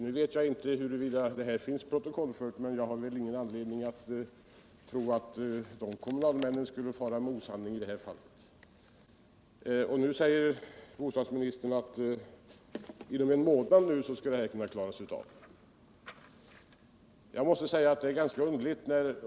Nu vet jag inte om detta finns protokollfört, men jag har ingen anledning att tro att kommunalmännen skulle fara med osanning. I dag säger bostadsministern att inom en månad kan ärendet klaras av.